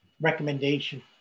recommendation